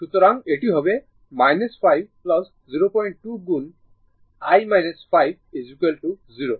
সুতরাং এটি হবে 5 02 গুন i 5 0